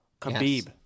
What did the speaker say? Khabib